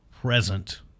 present